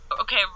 Okay